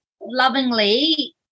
lovingly